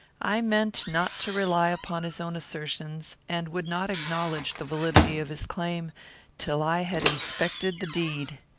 i meant not to rely upon his own assertions, and would not acknowledge the validity of his claim till i had inspected the deed.